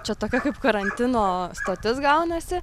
čia tokia kaip karantino stotis gaunasi